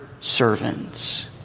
servants